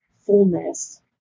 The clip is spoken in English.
fullness